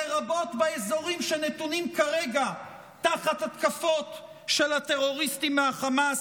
לרבות באזורים שנתונים כרגע תחת התקפות של הטרוריסטים מהחמאס,